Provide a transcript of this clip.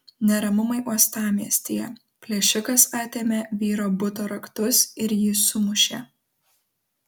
neramumai uostamiestyje plėšikas atėmė vyro buto raktus ir jį sumušė